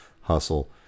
hustle